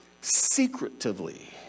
secretively